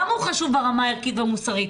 למה הוא חשוב ברמה הערכית והמוסרית?